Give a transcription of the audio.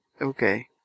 Okay